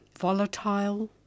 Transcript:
volatile